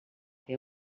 fer